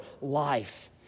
life